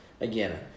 Again